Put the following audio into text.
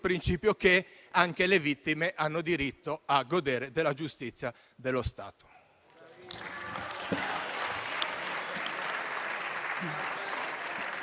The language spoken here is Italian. principio che anche le vittime hanno diritto a godere della giustizia dello Stato.